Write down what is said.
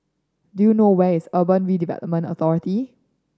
do you know where is Urban Redevelopment Authority